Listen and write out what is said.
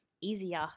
easier